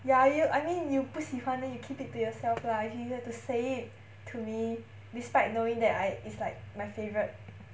ya you I mean you 不喜欢 then you keep it to yourself lah if you have to say it to me despite knowing that I it's like my favourite